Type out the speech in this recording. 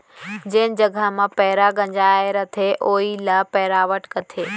जेन जघा म पैंरा गंजाय रथे वोइ ल पैरावट कथें